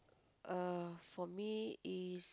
uh for me is